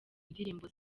ndirimbo